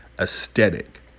aesthetic